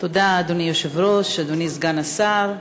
אדוני היושב-ראש, תודה, אדוני סגן השר,